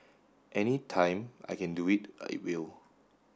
any time I can do it I will